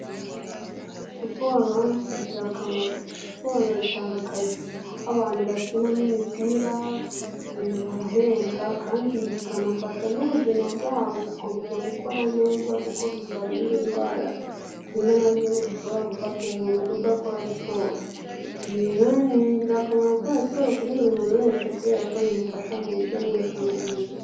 Siporo ni ingirakamaro, siporo itanga akazi nk'abantu bakina nk'imipira barahembwa kandi bikanafasha n'ubuzima bwabo gukomeza gukora neza kuko bibarinda indwara zimwe na zimwe zishobora gufata umuntu udakora siporo, ni ingirakamaro gukora siporo kuri buri muntu wese kubera ko bimufasha mu buryo bumwe cyangwa ubundi.